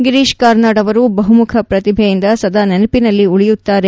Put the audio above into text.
ಗಿರೀಶ್ ಕಾರ್ನಾಡ್ ಅವರು ಬಹುಮುಖ ಪ್ರತಿಭೆಯಿಂದ ಸದಾ ನೆನಪಿನಲ್ಲಿ ಉಳಿಯುತ್ತಾರೆ